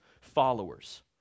followers